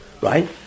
Right